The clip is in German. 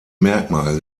merkmal